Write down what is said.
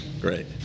great